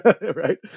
right